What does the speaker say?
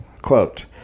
quote